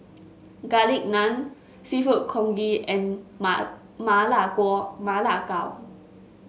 Garlic Naan seafood congee and ma lai Ma Lai Gao